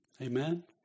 Amen